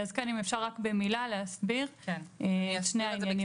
אם אפשר במילה להסביר על שני העניינים האלה.